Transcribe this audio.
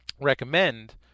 recommend